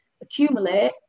accumulate